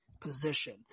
position